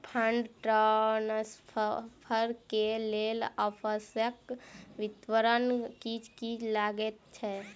Fund transfer केँ लेल आवश्यक विवरण की की लागै छै?